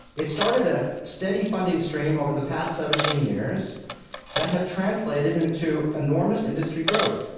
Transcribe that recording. it started a steady funding stream over the past seventeen years that have translated into enormous industry growth.